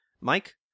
Mike